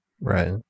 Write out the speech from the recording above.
Right